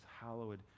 hallowed